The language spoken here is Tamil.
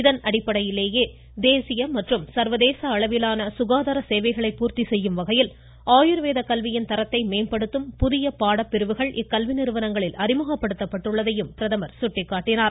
இதன் அடிப்படையிலேயே தேசிய மற்றும் சர்வதேச அளவிலான சுகாதார தேவைகளை பூர்த்தி செய்யும் வகையில் ஆயுர்வேத கல்வியின் தரத்தை மேம்படுத்தும் புதிய பாடப்பிரிவுகள் இக்கல்வி நிறுவனங்களில் அறிமுகப்படுத்தப்பட்டுள்ளதாக பிரதமா் கூறினார்